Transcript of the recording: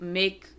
make